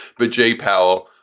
but jay powell,